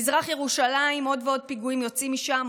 מזרח ירושלים, עוד ועוד פיגועים יוצאים משם.